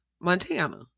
Montana